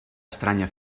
estranya